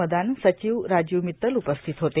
मदान र्साचव राजीव र्मित्तल उपस्थित होते